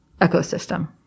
ecosystem